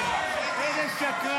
זה שקר.